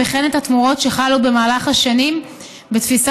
וכן את התמורות שחלו במהלך השנים בתפיסה